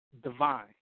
divine